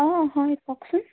অঁ হয় কওকচোন